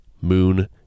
moon